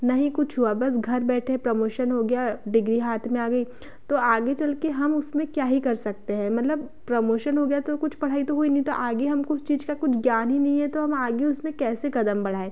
ना ही कुछ हुआ बस घर बैठे प्रमोशन हो गया डिग्री हाथ में आ गई तो आगे चल के हम उसमें क्या ही कर सकते है मतलब प्रमोशन हो गया तो कुछ पढ़ाई तो हुई नहीं तो आगे हम कुछ चीज का कुछ ज्ञान ही नहीं है तो हम आगे उसमें कैसे कदम बढ़ाएं